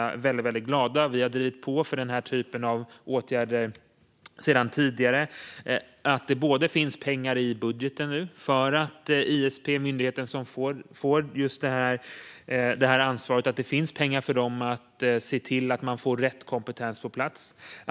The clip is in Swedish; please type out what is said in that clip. Av det skälet är jag och Liberalerna - som driver på för den här typen av åtgärder sedan tidigare - väldigt glada att det finns pengar i budgeten till ISP, den myndighet som får just det här ansvaret. Det gör att de kan se till att få rätt kompetens på plats.